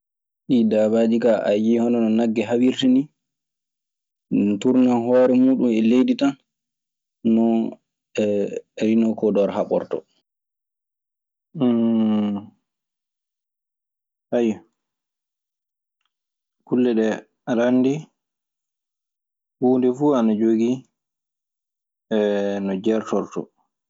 Ɗii daabaaji kaa a yi'ii hono no nagge hawirta nii. Ŋun turnan hoore muuɗun e leydi tan. Noon ee riinocodor haɓortoo. Kulle ɗee… Aɗe anndi huunde fuu ana jogii no jeertortoo.